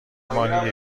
ماهی